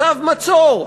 מצב מצור,